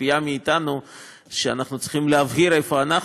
הציפייה מאתנו היא שאנחנו צריכים להבהיר איפה אנחנו,